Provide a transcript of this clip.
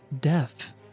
death